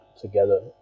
together